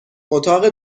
اتاق